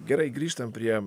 gerai grįžtam prie